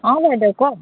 অঁ বাইদউ কওক